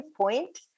point